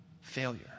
failure